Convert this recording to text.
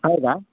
ಹೌದಾ